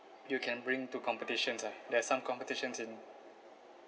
you can bring to competitions ah there's some competitions in